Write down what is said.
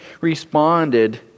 responded